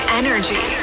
energy